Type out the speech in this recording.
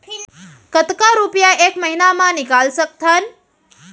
कतका रुपिया एक महीना म निकाल सकथन?